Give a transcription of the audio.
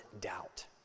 doubt